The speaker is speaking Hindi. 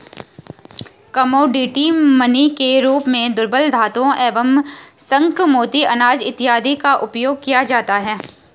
कमोडिटी मनी के रूप में दुर्लभ धातुओं शंख मोती अनाज इत्यादि का उपयोग किया जाता है